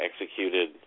executed